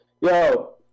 yo